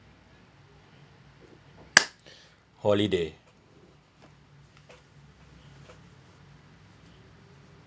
holiday